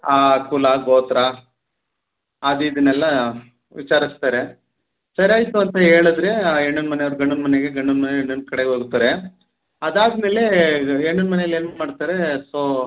ಕುಲ ಗೋತ್ರ ಅದೂ ಇದನ್ನೆಲ್ಲ ವಿಚಾರಿಸ್ತಾರೆ ಸರಿ ಆಯಿತು ಅಂತ ಹೇಳದ್ರೇ ಹೆಣ್ಣಿನ ಮನೆಯವ್ರು ಗಂಡಿನ ಮನೆಗೆ ಗಂಡಿನ ಮನೆಯವ್ರು ಹೆಣ್ಣ ಕಡೆಗೆ ಹೋಗ್ತಾರೆ ಅದು ಆದ್ಮೇಲೆ ಹೆಣ್ಣಿನ ಮನೇಲ್ಲಿ ಏನು ಮಾಡ್ತಾರೆ ಸೋ